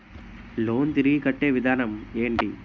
Loan తిరిగి కట్టే విధానం ఎంటి?